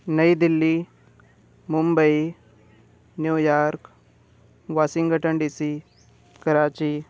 New Delhi Mumbai New York Washington D C Karachi